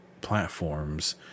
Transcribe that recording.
platform's